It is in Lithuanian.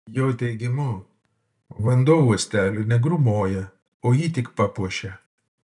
jo teigimu vanduo uosteliui negrūmoja o jį tik papuošia